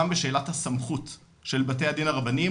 גם בשאלת הסמכות של בתי הדין הרבניים,